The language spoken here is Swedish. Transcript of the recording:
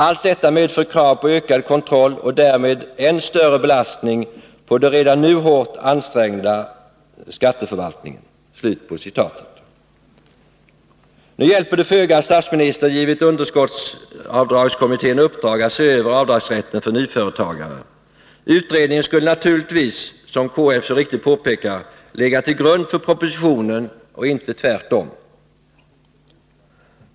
Allt detta medför krav på ökad kontroll och därmed än större belastning på den redan nu hårt ansträngda skatteförvaltningen.” Nu hjälper det föga att statsministern givit underskottsavdragsutredningen uppdrag att se över avdragsrätten för nyföretagare. Utredningen skulle naturligtvis, som KF så riktigt påpekar, ha legat till grund för propositionen och inte tvärtom.